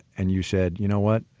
and you said, you know what,